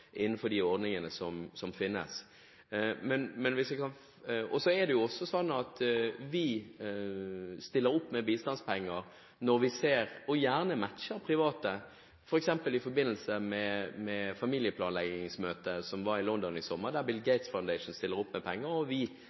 innenfor de ordningene som vi har. Det er også slik at vi stiller opp med bistandspenger og matcher gjerne private. For eksempel i forbindelse med familieplanleggingsmøtet i London i sommer, der Bill & Melinda Gates Foundation stilte opp med penger,